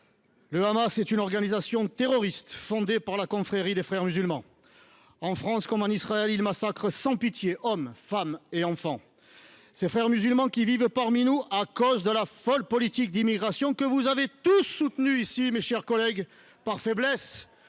le Hamas, une organisation terroriste fondée par la confrérie des Frères musulmans. En France comme en Israël, ces derniers massacrent sans pitié hommes, femmes et enfants. Les Frères musulmans, qui vivent parmi nous en raison de la folle politique d’immigration que vous avez tous ici soutenue, mes chers collègues, par faiblesse